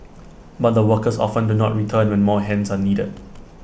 but the workers often do not return when more hands are needed